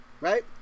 Right